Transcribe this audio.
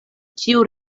ĉiu